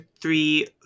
three